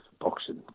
boxing